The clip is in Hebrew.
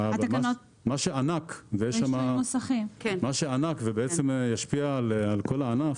מה שענק ובעצם ישפיע על כל הענף,